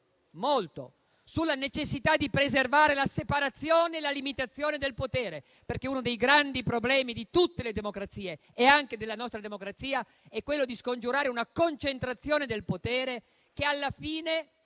molto sulla necessità di preservare la separazione e la limitazione del potere, perché uno dei grandi problemi di tutte le democrazie, anche della nostra democrazia, è quello di scongiurare una concentrazione del potere che alla fine